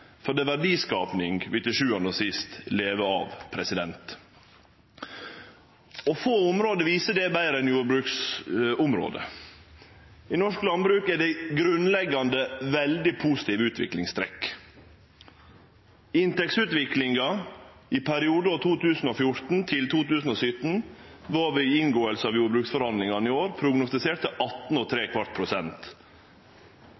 For det er verdiskaping vi til sjuande og sist lever av. Få område viser dette betre enn jordbruksområdet. I norsk landbruk er det grunnleggjande veldig positive utviklingstrekk. Inntektsutviklinga i perioden 2014–2017 var ved inngåing av jordbruksforhandlingane i år prognostisert til 18